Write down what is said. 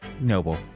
noble